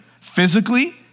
Physically